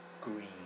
green